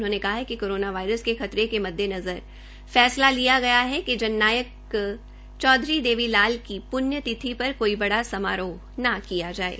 उन्होंने कहा कि कोरोना वायरस के खतरे के मददेनजर यह फैसला लिया गया है कि जन नायक चौधरी देवी लाल जी की पुन्य तिथि पर कोई बड़ा समारोह ना किया जाये